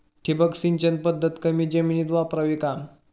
ठिबक सिंचन पद्धत कमी जमिनीत वापरावी का?